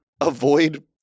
avoid